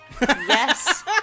Yes